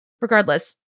Regardless